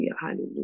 hallelujah